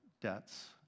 debts